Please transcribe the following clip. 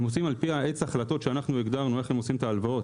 הם עושים על פי עץ ההחלטות שאנחנו הגדרנו איך הם עושים את ההלוואות,